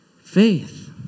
faith